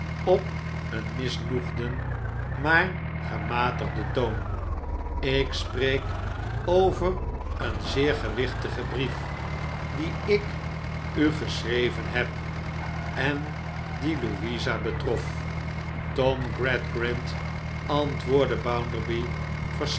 op een misnoegden maar gematigden toon ik spreek over een zeer gewichtigen brief dien ik u geschreven neb en die louisa betrof tom gradgrind antwoordde